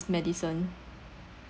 medicine